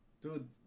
Dude